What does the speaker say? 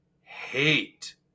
hate